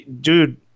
Dude